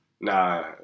nah